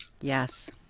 Yes